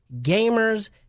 gamers